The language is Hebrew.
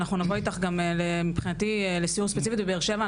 ואנחנו נבוא איתך גם מבחינתי לסיור ספציפית בבאר שבע,